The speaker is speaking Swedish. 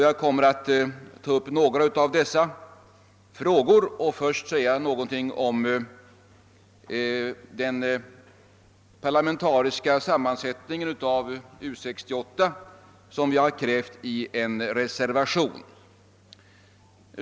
Jag kommer att ta upp några av dessa och skall först säga någonting om det krav på en parlamentarisk sammansättning av U 68 som har framförts i en reservation.